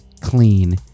clean